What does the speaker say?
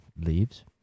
leaves